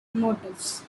motifs